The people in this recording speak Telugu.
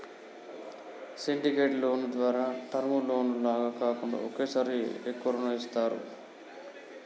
సిండికేటెడ్ లోను ద్వారా టర్మ్ లోను లాగా కాకుండా ఒకేసారి ఎక్కువ రుణం ఇస్తారు